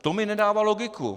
To mi nedává logiku.